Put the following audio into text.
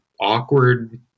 awkward